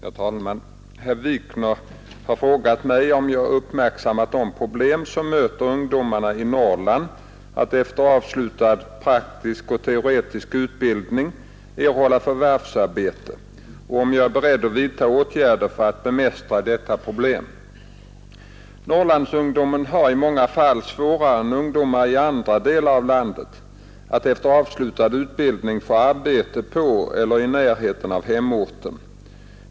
Herr talman! Herr Wikner har frågat mig om jag uppmärksammat de problem som möter ungdomarna i Norrland att efter avslutad praktisk och teoretisk utbildning erhålla förvärvsarbete och om jag är beredd vidta åtgärder för att bemästra detta problem. Norrlandsungdomen har i många fall svårare än ungdomar i andra delar av landet att efter avslutad utbildning få arbete på eller i närheten av hemorten.